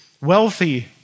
wealthy